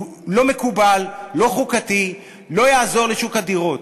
הוא לא מקובל, לא חוקתי, ולא יעזור לשוק הדירות.